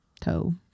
Toe